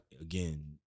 again